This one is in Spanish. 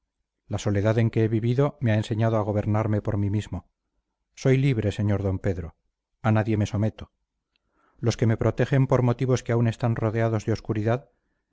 la soledad en que he vivido me ha enseñado a gobernarme por mí mismo soy libre sr d pedro a nadie me someto los que me protegen por motivos que aún están rodeados de obscuridad